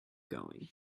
going